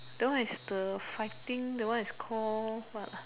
that one is the fighting that one is called what ah